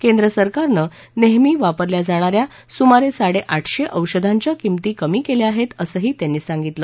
केंद्रसरकारनं नेहमी वापरल्या जाणा या सुमारे साडेआठशे औषधांच्या किंमती कमी केल्या आहेत असंही त्यांनी सांगितलं